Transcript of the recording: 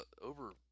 over